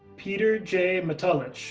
peter j matulich,